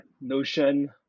Notion